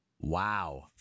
Wow